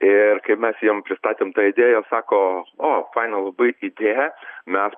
ir kaip mes jiem pristatėm tą idėją sako o faina labai idėja mes